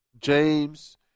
James